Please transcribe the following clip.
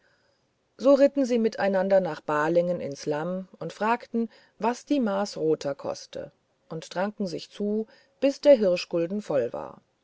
so ritten sie miteinander nach balingen ins lamm und fragten was die maß roter koste und tranken sich zu bis der hirschgulden voll war